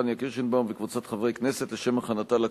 חבר הכנסת יריב לוין,